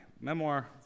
memoir